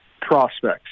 prospects